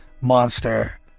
monster